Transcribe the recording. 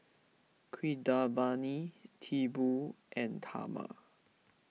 Keeravani Tipu and Tharman